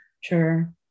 sure